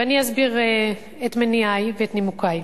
ואני אסביר את מניעי ואת נימוקי.